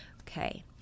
Okay